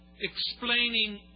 explaining